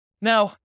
Now